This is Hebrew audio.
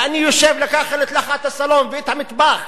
ואני חושב לקחת לך את הסלון ואת המטבח,